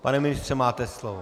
Pane ministře, máte slovo.